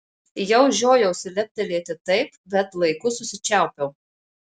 jau žiojausi leptelėti taip bet laiku susičiaupiau